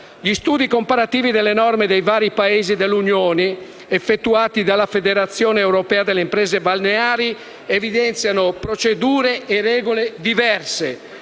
Gli studi comparativi delle norme dei vari Paesi dell'Unione, effettuati dalla Federazione europea delle imprese balneari, evidenziano procedure e regole diverse.